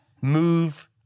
Move